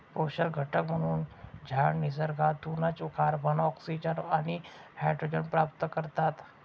पोषक घटक म्हणून झाडं निसर्गातूनच कार्बन, ऑक्सिजन आणि हायड्रोजन प्राप्त करतात